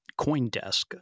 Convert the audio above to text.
CoinDesk